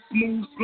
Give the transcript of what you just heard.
smooth